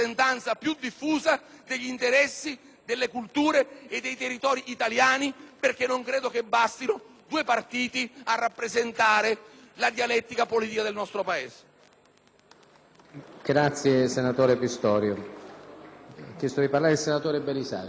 delle culture e dei territori italiani, perché non credo bastino due partiti a rappresentare la dialettica politica del nostro Paese.